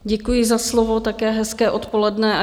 Děkuji za slovo, také hezké odpoledne.